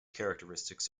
characteristics